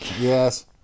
Yes